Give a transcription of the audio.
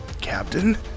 Captain